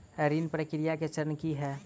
ऋण प्रक्रिया केँ चरण की है?